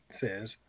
says